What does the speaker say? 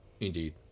Indeed